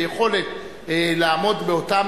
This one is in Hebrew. אני גם מאוד מזדהה אתם,